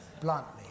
bluntly